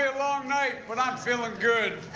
a long night when i'm feeling good.